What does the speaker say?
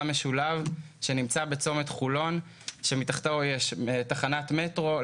משולב שנמצא בצומת חולון שמתחתו יש תחנת מטרו,